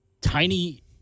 tiny